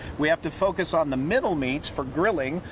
we have to focus on the middle meats for grilling,